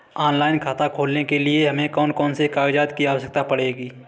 Online खाता खोलने के लिए हमें कौन कौन से कागजात की आवश्यकता पड़ेगी?